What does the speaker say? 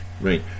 Right